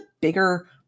bigger